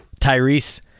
Tyrese